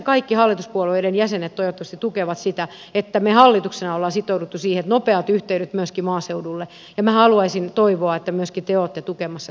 kaikki hallituspuolueiden jäsenet toivottavasti tukevat sitä että me hallituksena olemme sitoutuneet siihen että nopeat yhteydet saadaan myöskin maaseudulle ja minä haluaisin toivoa että myöskin te olette tukemassa ja tässä veneessä mukana